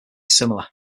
similar